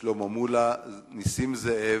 שלמה מולה, נסים זאב,